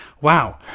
Wow